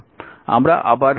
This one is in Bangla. আমরা আবার ফিরে আসব